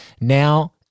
now